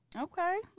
Okay